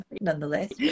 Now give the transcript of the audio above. nonetheless